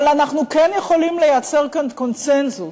אבל אנחנו כן יכולים לייצר כאן קונסנזוס